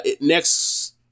next